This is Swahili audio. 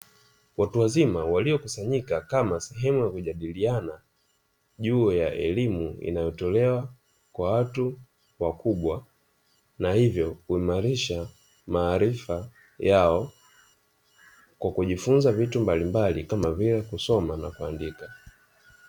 Watu wazima waliokusanyika kama sehemu ya kujadiliana juu ya elimu inayotolewa kwa watu wakubwa. Na hivyo kuimarisha maarifa yao kwa kujifunza vitu mbalimbali kama vile kusoma na kuandika.